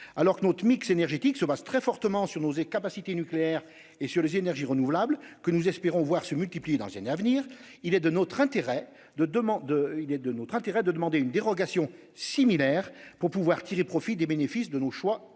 Alors que notre mix énergétique se base très largement sur nos capacités nucléaires et sur les énergies renouvelables, que nous espérons voir se multiplier dans les années à venir, il est de notre intérêt de demander une dérogation similaire pour tirer profit de nos choix énergétiques.